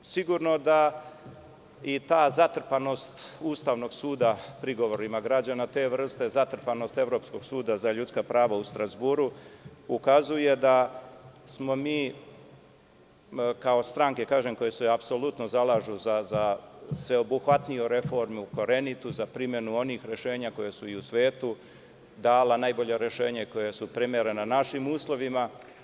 Sigurno da i ta zatrpanostUstavnog suda prigovorima građana te vrste, zatrpanost Evropskog suda za ljudska prava u Strazburu, ukazuje da smo mi kao stranke koje se apsolutno zalažu za sveobuhvatniju reformu, korenitu, za primenu onih rešenja koja su i u svetu dala najbolja rešenja i koja su primerena našim uslovima.